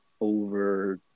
over